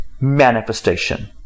Manifestation